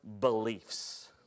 beliefs